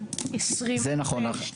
עד עכשיו?